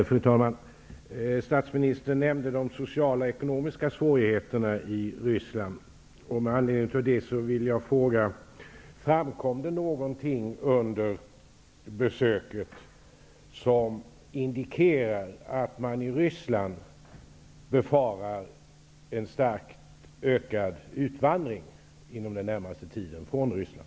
Fru talman! Statsministern nämnde de sociala och ekonomiska svårigheterna i Ryssland. Med anledning därav vill jag fråga: Framkom det någonting under besöket som indikerar att man i Ryssland befarar en starkt ökad utvandring från Ryssland inom den närmaste tiden?